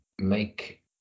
make